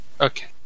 Okay